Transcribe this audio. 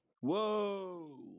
Whoa